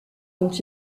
dont